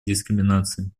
дискриминации